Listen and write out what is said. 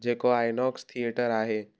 जेको आईनोक्स थिएटर आहे